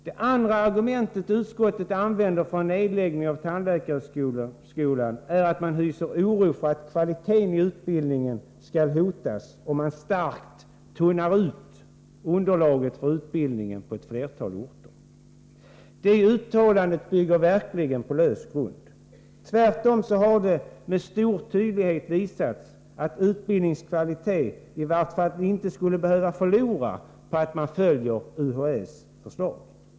Det andra argument som utskottet använder för en nedläggning av tandläkarhögskolan är att man hyser oro för att kvaliteten i utbildningen skall hotas, om man starkt tunnar ut underlaget för utbildningen på ett flertal orter. Det uttalandet bygger verkligen på lös grund. Tvärtom har det med stor tydlighet visats att utbildningskvaliteten i vart fall inte skulle behöva förlora på att man följer UHÄ:s förslag.